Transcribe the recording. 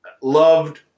loved